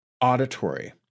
auditory